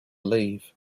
leave